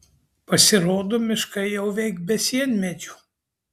pasirodo miškai jau veik be sienmedžių